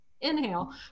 inhale